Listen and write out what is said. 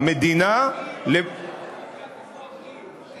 המדינה, מי יהיו הכוחות?